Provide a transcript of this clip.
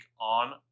on